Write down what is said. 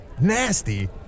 Nasty